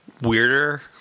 weirder